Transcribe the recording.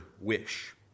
wish